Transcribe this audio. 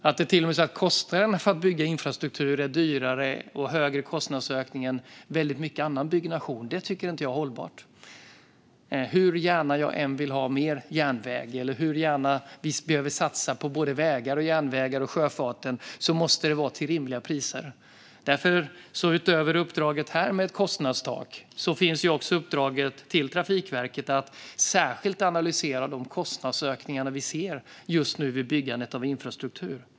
Kostnaden och kostnadsökningen för att bygga infrastruktur är till och med högre än för mycket annan byggnation. Det är inte hållbart. Hur gärna jag än vill satsa på järnväg, väg och sjöfart måste det ske till rimligt pris. Därför finns utöver uppdraget med ett kostnadstak ett uppdrag till Trafikverket att särskilt analysera de kostnadsökningar vi ser nu vid byggandet av infrastruktur.